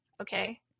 okay